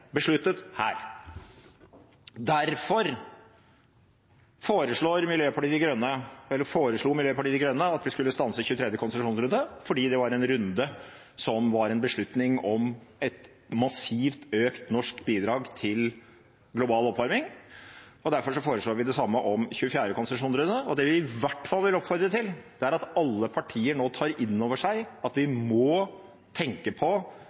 foreslo Miljøpartiet De Grønne at vi skulle stanse 23. konsesjonsrunde, fordi det var en runde som var en beslutning om et massivt økt norsk bidrag til global oppvarming, og derfor foreslår vi det samme om 24. konsesjonsrunde. Det vi i hvert fall vil oppfordre til, er at alle partier nå tar innover seg at vi må tenke på